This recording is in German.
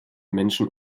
menschen